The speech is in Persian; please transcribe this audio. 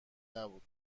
نبود